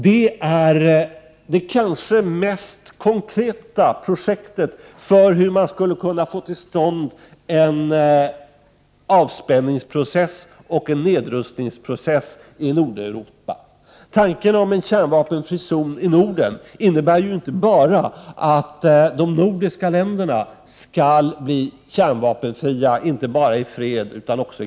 Det är det kanske mest konkreta projektet för hur man skall kunna få till stånd en avspänningsprocess och en nedrustningsprocess i Nordeuropa. Tanken på en kärnvapenfri zon i Norden innebär inte bara att de nordiska länderna skall bli kärnvapenfria, såväl i fredssom i krigstid.